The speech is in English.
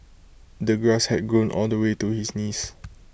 the grass had grown all the way to his knees